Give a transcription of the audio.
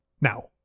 Now